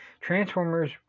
transformers